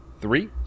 three